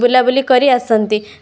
ବୁଲା ବୁଲି କରି ଆସନ୍ତି